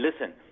Listen